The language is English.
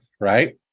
right